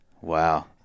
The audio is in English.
wow